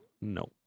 No